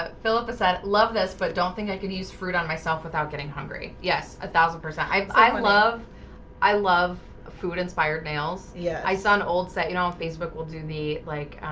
ah phillipa said love this but don't think i can use fruit on myself without getting hungry. yes a thousand percent i i love i love food inspired nails. yeah, i saw an old set you know facebook will do the like,